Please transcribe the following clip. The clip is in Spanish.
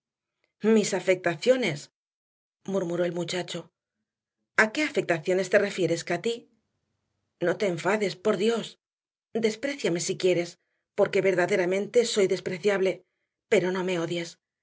mis afectaciones murmuró el muchacho a qué afectaciones te refieres cati no te enfades por dios despréciame si quieres porque verdaderamente soy despreciable pero no me odies